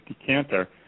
decanter